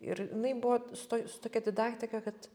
ir jinai buvo su to su tokia didaktika kad